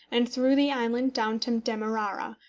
and through the island down to demerara,